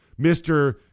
Mr